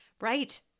Right